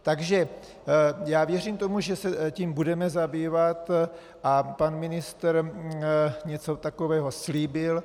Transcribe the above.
Takže věřím tomu, že se tím budeme zabývat, a pan ministr něco takového slíbil.